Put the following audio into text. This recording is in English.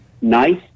nice